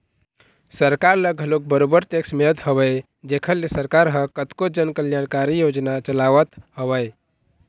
सरकार ल घलोक बरोबर टेक्स मिलत हवय जेखर ले सरकार ह कतको जन कल्यानकारी योजना चलावत हवय